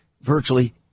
virtually